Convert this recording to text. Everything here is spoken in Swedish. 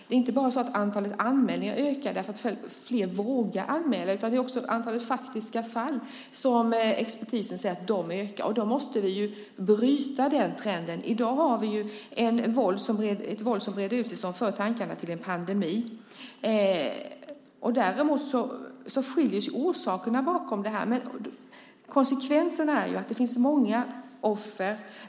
Det är inte fråga om att antalet anmälningar ökar eftersom flera vågar anmäla, utan expertisen säger att antalet faktiska fall ökar. Då måste vi bryta trenden. I dag finns ett våld som breder ut sig och som för tankarna till en pandemi. Orsakerna bakom detta skiljer sig åt. Men konsekvenserna är att det finns många offer.